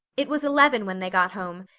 it was eleven when they got home,